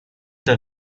der